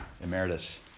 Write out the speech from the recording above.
Emeritus